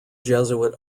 jesuit